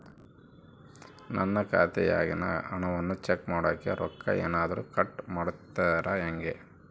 ನನ್ನ ಖಾತೆಯಾಗಿನ ಹಣವನ್ನು ಚೆಕ್ ಮಾಡೋಕೆ ರೊಕ್ಕ ಏನಾದರೂ ಕಟ್ ಮಾಡುತ್ತೇರಾ ಹೆಂಗೆ?